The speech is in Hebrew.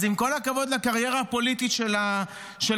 אז עם כל הכבוד לקריירה הפוליטית של הפצ"רית,